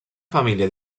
família